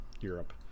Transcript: Europe